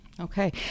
Okay